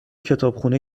کتابخونه